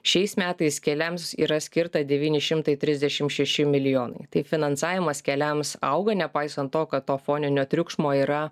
šiais metais keliams yra skirta devyni šimtai trisdešim šeši milojonai tai finansavimas keliams auga nepaisant to kad to foninio triukšmo yra